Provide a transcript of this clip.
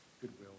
goodwill